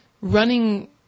running